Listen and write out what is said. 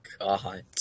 god